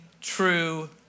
true